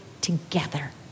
together